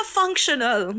functional